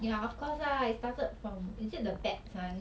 ya of course ah it started from is it the bats [one]